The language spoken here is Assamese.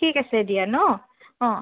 ঠিক আছে দিয়া ন' অঁ